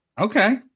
Okay